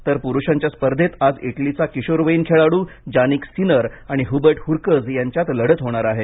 तर पुरुषांच्या स्पर्धेत आज इटलीचा किशोरवयीन खेळाडू जानिक सिनर आणि हुबर्ट हुरकझ यांच्यात लढत होणार आहे